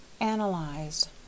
Analyze